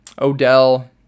Odell